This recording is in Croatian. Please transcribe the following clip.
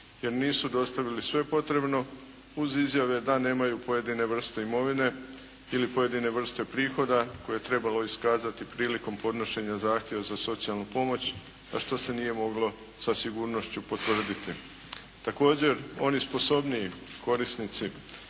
jer nisu dostavili sve potrebne uz izjave da nemaju pojedine vrste imovine ili pojedine vrste prihoda koje je trebalo iskazati prilikom podnošenja zahtjeva za socijalnu pomoć, a što se nije moglo sa sigurnošću potvrditi. Također, oni "sposobniji korisnici"